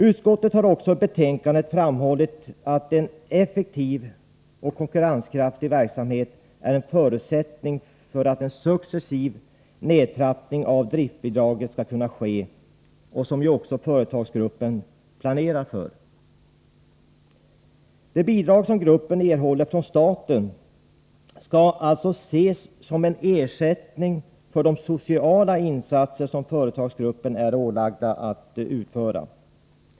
Utskottet har i betänkandet framhållit att en effektiv och konkurrenskraftig verksamhet är en förutsättning för att en successiv nedtrappning av driftbidraget skall kunna ske, vilket företagsgruppen även planerar för. Det bidrag som gruppen erhåller från staten skall alltså ses som en ersättning för de sociala insatser som företagsgruppen är ålagd att göra.